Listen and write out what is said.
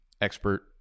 Expert